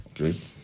Okay